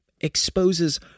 exposes